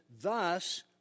thus